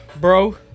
bro